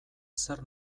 zer